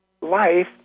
life